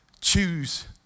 Choose